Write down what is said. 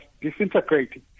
disintegrating